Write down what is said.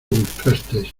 buscaste